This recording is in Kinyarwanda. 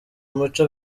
umuco